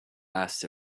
asked